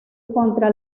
contra